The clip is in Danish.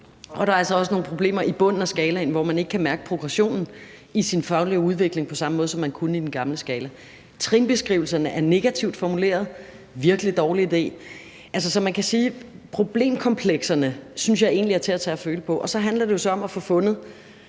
og der er altså også nogle problemer i bunden af skalaen, hvor man ikke kan mærke progressionen i sin faglige udvikling på samme måde, som man kunne med den gamle skala. Trinbeskrivelserne er negativt formuleret – virkelig en dårlig idé. Altså, man kan sige, at problemkomplekserne synes jeg egentlig er til at tage at føle på, og så handler det jo så om at få fundet,